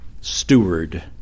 Steward